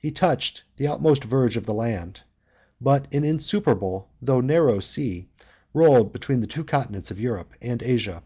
he touched the utmost verge of the land but an insuperable, though narrow, sea rolled between the two continents of europe and asia